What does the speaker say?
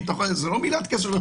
ביטחון זה לא מילת קסם,